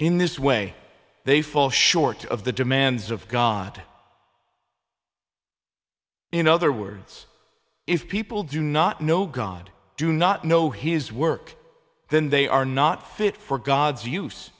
in this way they fall short of the demands of god in other words if people do not know god do not know his work then they are not fit for gods use